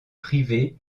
privées